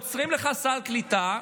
אם עוצרים לך סל קליטה,